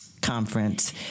conference